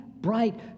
bright